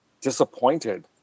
disappointed